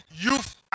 youth